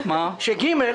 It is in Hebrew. מי נגד,